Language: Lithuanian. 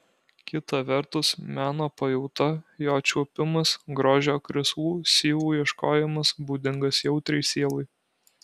kita vertus meno pajauta jo čiuopimas grožio krislų syvų ieškojimas būdingas jautriai sielai